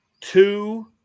two